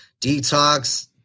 detox